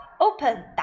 Open